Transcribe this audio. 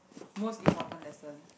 most important lesson